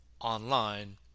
online